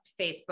Facebook